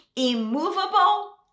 Immovable